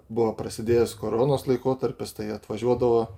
buvo prasidėjęs koronos laikotarpis tai atvažiuodavo